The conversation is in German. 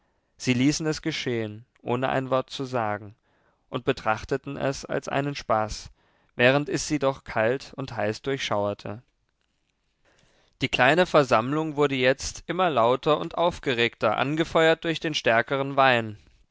sie ließen es geschehen ohne ein wort zu sagen und betrachteten es als einen spaß während es sie doch kalt und heiß durchschauerte die kleine versammlung wurde jetzt immer lauter und aufgeregter angefeuert durch den stärkeren wein